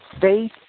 faith